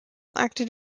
acted